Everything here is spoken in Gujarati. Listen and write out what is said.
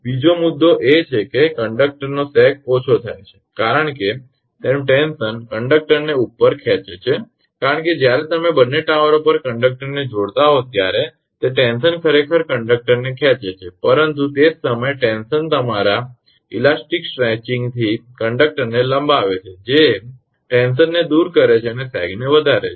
બીજો મુદ્દો એ છે કે કંડક્ટરનો સેગ ઓછો થાય છે કારણ કે તેનું ટેન્શન કંડક્ટરને ઉપર ખેંચે છે કારણ કે જ્યારે તમે બંને ટાવરો પર કંડક્ટરને જોડતા હોવ ત્યારે તે ટેન્શન ખરેખર કંડક્ટરને ખેંચે છે પરંતુ તે જ સમયે ટેન્શન તમારા સ્થિતિસ્થાપક ખેંચાણથી કંડક્ટરને લંબાવે છે જે ટેન્શનને દૂર કરે છે અને સેગને વધારે છે